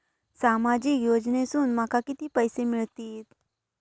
सामाजिक योजनेसून माका किती पैशे मिळतीत?